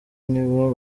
nibo